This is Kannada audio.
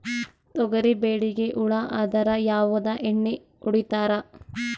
ತೊಗರಿಬೇಳಿಗಿ ಹುಳ ಆದರ ಯಾವದ ಎಣ್ಣಿ ಹೊಡಿತ್ತಾರ?